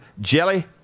Jelly